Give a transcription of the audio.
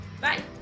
Bye